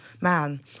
man